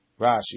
Rashi